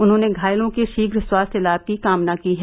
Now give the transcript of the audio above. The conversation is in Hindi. उन्होंने घायलों के शीघ्र स्वास्थ्य लाम की कामना की है